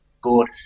good